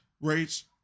rates